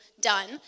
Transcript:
done